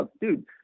dude